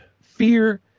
fear